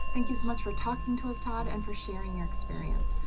thank you so much for talking to us todd and for sharing your experience.